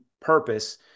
purpose